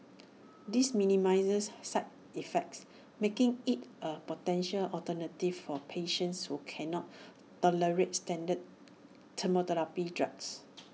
this minimises side effects making IT A potential alternative for patients who cannot tolerate standard chemotherapy drugs